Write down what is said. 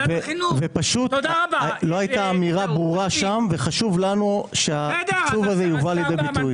לא הייתה אמירה ברורה שם וחשוב לנו שזה יובא לידי ביטוי.